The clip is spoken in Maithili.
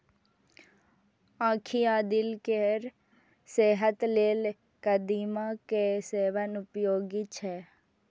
आंखि आ दिल केर सेहत लेल कदीमा के सेवन उपयोगी छै